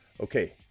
Okay